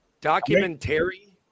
Documentary